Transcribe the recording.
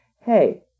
hey